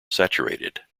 saturated